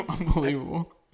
unbelievable